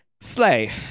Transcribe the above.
Slay